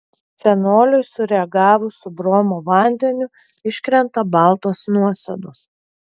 fenoliui sureagavus su bromo vandeniu iškrenta baltos nuosėdos